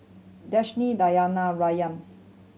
Danish Diyana Rayyan